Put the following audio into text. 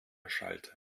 erschallte